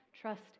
trust